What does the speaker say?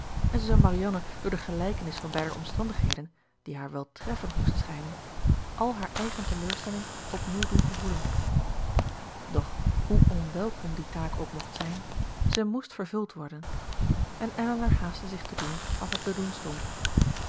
en zij zou marianne door de gelijkenis van beider omstandigheden die haar wel treffend moest schijnen al haar eigen teleurstelling opnieuw doen gevoelen doch hoe onwelkom die taak ook mocht zijn zij moest vervuld worden en elinor haastte zich te doen wat haar te doen stond